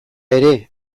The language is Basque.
ere